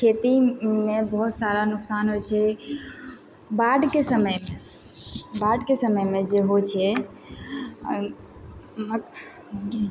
खेतीमे बहुत सारा नुकसान होइ छै बाढ़के समयमे बाढ़के समयमे जे होइ छै